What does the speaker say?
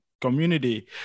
community